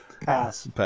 Pass